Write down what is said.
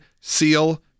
Seal